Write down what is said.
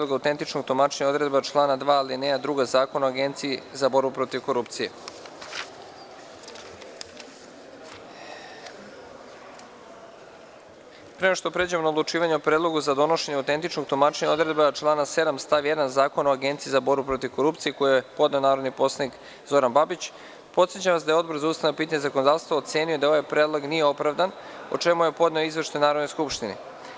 AUTENTIČNOG TUMAČENjA ODREDBE ČLANA 7. STAV 1. ZAKONA O AGENCIJI ZA BORBU PROTIV KORUPCIJE Pre nego što pređemo na odlučivanje o predlogu za donošenje autentičnog tumačenja odredbe člana 7. stav 1. Zakona o Agenciji za borbu protiv korupcije koji je podneo narodni poslanik Zoran Babić, podsećam vas da je Odbor za ustavna pitanja i zakonodavstvo ocenio da ovaj predlog nije opravdan, o čemu je podneo Izveštaj Narodnoj skupštini.